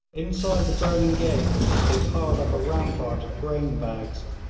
inside the burning gate they piled up a rampart of grain bags,